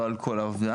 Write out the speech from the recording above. לא על כל האובדן.